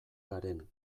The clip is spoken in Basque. garen